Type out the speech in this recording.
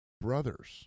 brothers